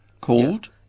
Called